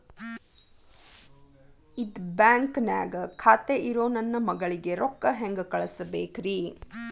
ಇದ ಬ್ಯಾಂಕ್ ನ್ಯಾಗ್ ಖಾತೆ ಇರೋ ನನ್ನ ಮಗಳಿಗೆ ರೊಕ್ಕ ಹೆಂಗ್ ಕಳಸಬೇಕ್ರಿ?